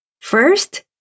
First